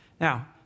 Now